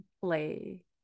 play